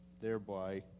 thereby